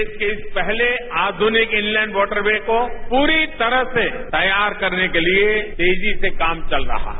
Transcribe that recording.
देश के इस पहले आधानिक इनलैंड वाटर वे को पूरी तरह से तैयार करने के लिए तेजी से काम चल रहा है